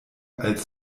als